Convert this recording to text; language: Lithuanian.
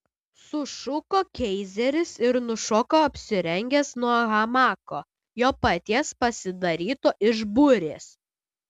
sušuko keizeris ir nušoko apsirengęs nuo hamako jo paties pasidaryto iš burės